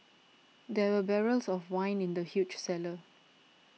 there were barrels of wine in the huge cellar